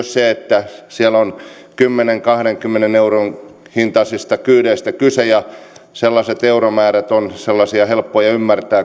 se että siellä on kymmenen viiva kahdenkymmenen euron hintaisista kyydeistä kyse ja sellaiset euromäärät ovat sellaisia helppoja